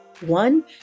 One